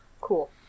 Cool